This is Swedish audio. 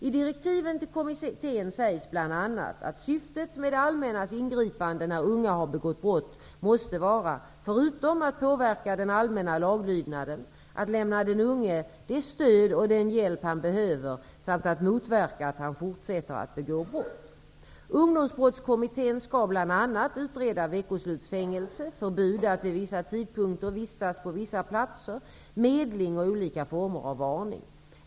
I direktiven till kommittén sägs bl.a. att syftet med det allmännas ingripande när unga har begått brott måste vara, förutom att påverka den allmänna laglydnaden, att lämna den unge det stöd och den hjälp han behöver samt att motverka att han fortsätter att begå brott. Ungdomsbrottskommittén skall bl.a. utreda veckoslutsfängelse, förbud att vid vissa tidpunkter vistas på vissa platser, medling och olika former av varning.